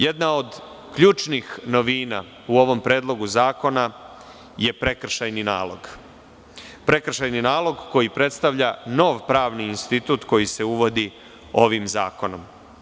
Jedna od ključnih novina u ovom predlogu zakona je prekršajni nalog, prekršajni nalog koji predstavlja nov pravni institut koji se uvodi ovim zakonom.